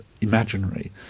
imaginary